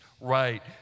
right